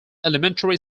elementary